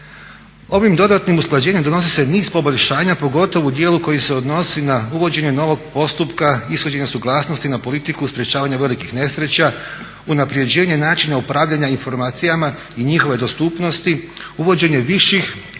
Ovim dodatnim usklađenjem donosi se niz poboljšanja pogotovo u dijelu koji se odnosi na uvođenje novog postupka ishođenja suglasnosti na politiku sprječavanja velikih nesreća, unapređenje načina upravljanja informacijama i njihove dostupnosti, uvođenje viših, strožih